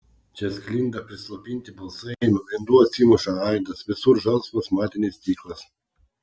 čia sklinda prislopinti balsai nuo grindų atsimuša aidas visur žalsvas matinis stiklas